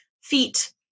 feet